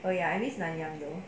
oh ya I missed nanyang though